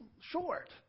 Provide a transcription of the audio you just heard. short